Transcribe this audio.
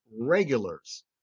regulars